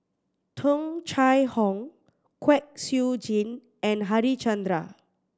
Tung Chye Hong Kwek Siew Jin and Harichandra